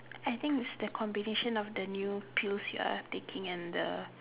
I think it's the combination of the new pills you're taking and the